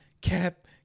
cap